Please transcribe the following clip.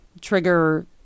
trigger